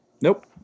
Nope